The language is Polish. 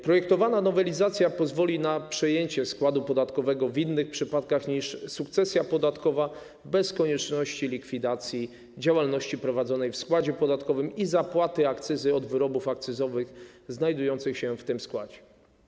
Projektowana nowelizacja pozwoli na przejęcie składu podatkowego w innych przypadkach niż sukcesja podatkowa, bez konieczności likwidacji działalności prowadzonej w składzie podatkowym i zapłaty akcyzy od wyrobów akcyzowych znajdujących się w tym składzie.